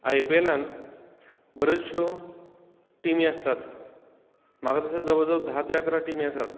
आयपीएलान बरोचश्यो टिमी आसतात म्हाका दिसता जवळ जवळ धा ते अकरा टिमी आसात